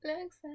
Looks